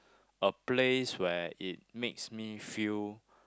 a place where it makes me feel